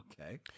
okay